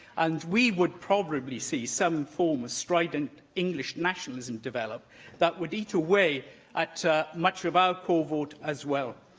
and we would probably see some form of strident english nationalism develop that would eat away at much of our core vote as well.